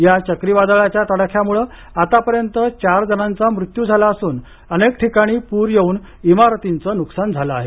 या चक्रीवादळाच्या तडाख्यामुळं आतापर्यंत चार जणांचा मृत्यू झाला असून अनेक ठिकाणी पूर येऊन इमारतीचं नुकसान झालं आहे